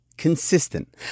Consistent